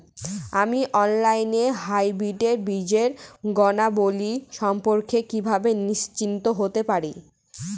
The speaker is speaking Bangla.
আমি অনলাইনে হাইব্রিড বীজের গুণাবলী সম্পর্কে কিভাবে নিশ্চিত হতে পারব?